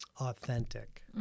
authentic